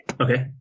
Okay